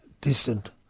distant